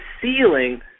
ceiling